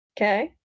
okay